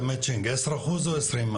10% או 20%?